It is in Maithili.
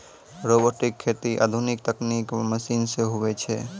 रोबोटिक खेती आधुनिक तकनिकी मशीन से हुवै छै